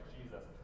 Jesus